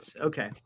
Okay